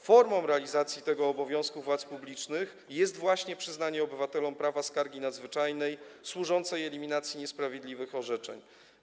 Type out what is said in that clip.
Formą realizacji tego obowiązku przez władze publiczne jest właśnie przyznanie obywatelom prawa skargi nadzwyczajnej służącej eliminacji niesprawiedliwych orzeczeń.